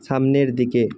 সামনের দিকে